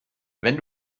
wenn